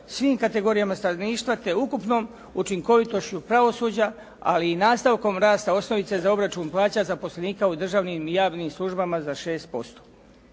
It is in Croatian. svim kategorijama stanovništva te ukupnom učinkovitošću pravosuđa, ali i nastavkom rasta osnovice za obračun plaća zaposlenika u državnim i javnim službama za 6%.